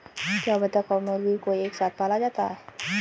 क्या बत्तख और मुर्गी को एक साथ पाला जा सकता है?